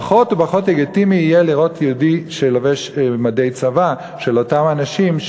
פחות ופחות לגיטימי יהיה לראות יהודי שלובש מדי צבא של אותם אנשים,